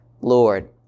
Lord